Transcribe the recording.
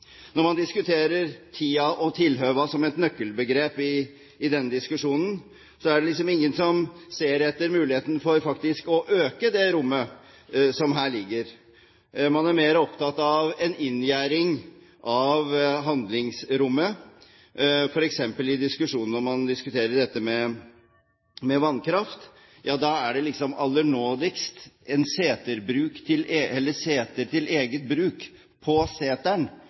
Når man diskuterer «tida og tilhøva» som et nøkkelbegrep i denne diskusjonen, er det liksom ingen som ser etter muligheten for faktisk å øke det rommet som ligger her. Man er mer opptatt av en inngjerding av handlingsrommet, f.eks. når man diskuterer dette med vannkraft. Da er det aller nådigst en seter til eget bruk – på